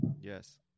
Yes